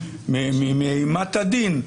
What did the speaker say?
מאימת הדין,